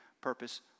purpose